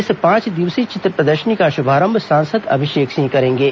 इस पांच दिवसीय चित्र प्रदर्शनी का शुभारंभ सांसद अभिषेक सिंह करेंगे